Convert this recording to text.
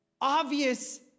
obvious